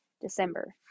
December